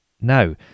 now